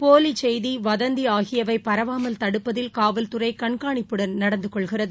போலி செய்தி வதந்தி ஆகியவை பராவமல் தடுப்பதில் காவல்துறை கண்காணிப்புடன் நடந்து கொள்கிறது